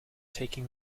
taking